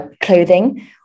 clothing